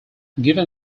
given